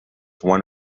one